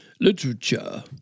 literature